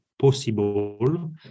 possible